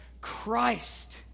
Christ